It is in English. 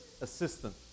assistant